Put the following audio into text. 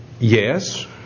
Yes